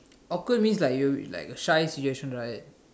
awkward means like you like a shy situation right